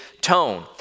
tone